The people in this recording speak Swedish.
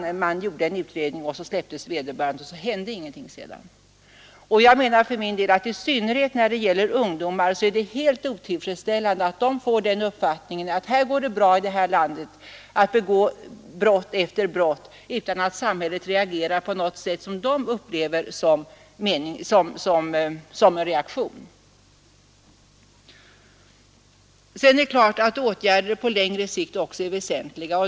Det gjordes en utredning och därefter släpptes vederbörande — ingenting annat hände. I synnerhet när det gäller ungdomar är det helt otillfredsställande att dessa får den uppfattningen att det i det här landet går bra att begå brott efter brott utan att samhället ingriper på ett sådant sätt att de upplever det som en reaktion. Sedan är självfallet åtgärder på längre sikt väsentliga.